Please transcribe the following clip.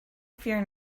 fear